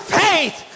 faith